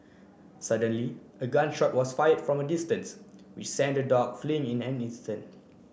suddenly a gun shot was fired from a distance which sent the dog fleeing in an instant